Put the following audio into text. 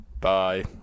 Bye